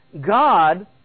God